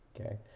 okay